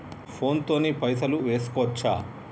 Phone తోని పైసలు వేసుకోవచ్చా?